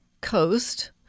coast